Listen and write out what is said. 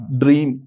dream